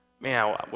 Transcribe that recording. Man